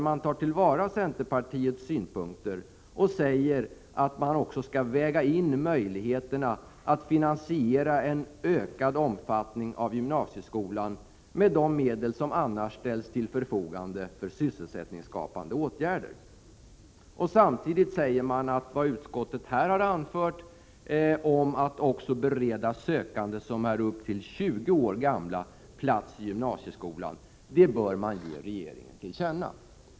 Man tar då till vara centerpartiets synpunkter och säger att man också skall väga in möjligheterna att finansiera en ökad omfattning av gymnasieskolan med de medel som annars ställs till förfogande för sysselsättningsskapande åtgärder. Samtidigt säger man att vad utskottet här har anfört om att också bereda sökande som är upp till 20 år gamla plats i gymnasieskolan bör riksdagen ge regeringen till känna.